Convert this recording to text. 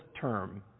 term